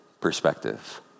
perspective